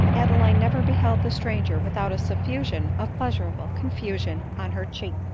adeline never beheld the stranger without a suf fusion of pleasurable confusion on her cheek.